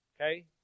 Okay